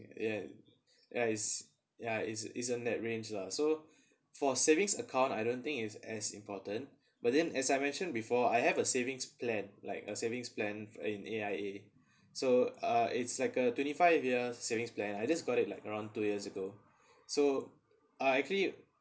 ya ya is ya isn't isn't that range lah so for savings account I don't think is as important but then as I mentioned before I have a savings plan like a savings plan in A_I_A so uh it's like a twenty five year savings plan I just got it like around two years ago so I actually